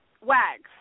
WAGS